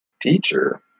teacher